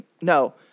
no